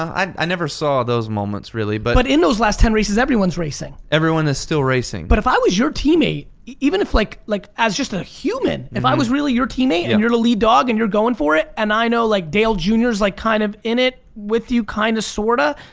i never saw those moments really, but. but in those last ten races everyone's racing? everyone is still racing. but if i was your teammate, even if like like, as just a human if i was really your teammate and you're lead dog and you're going for it and i know like dale junior's like kind of in it with you kinda kind of sorta.